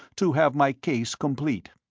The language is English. to have my case complete.